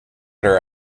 her